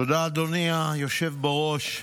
תודה, אדוני היושב בראש.